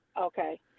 okay